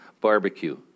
barbecue